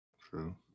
true